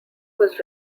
was